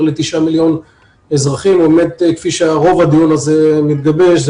לתשעה מיליון אזרחים או כפי שרוב הדיון הזה מתגבש,